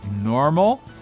normal